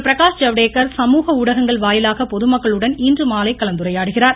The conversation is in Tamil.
பிரகாஷ் ஜவ்டேகர் சமூக ஊடகங்கள் வாயிலாக பொதுமக்களுடன் இன்றுமாலை கலந்துரையாடுகிறார்